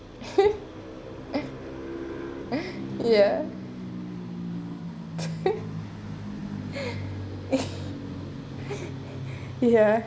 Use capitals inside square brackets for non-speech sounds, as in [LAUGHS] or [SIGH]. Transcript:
[LAUGHS] ya [LAUGHS] ya